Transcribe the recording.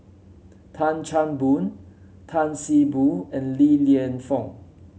Tan Chan Boon Tan See Boo and Li Lienfung